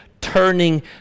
turning